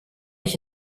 ich